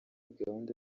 gahunda